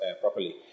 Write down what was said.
properly